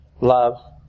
Love